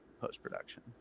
post-production